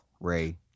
Ray